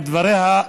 לדבריו,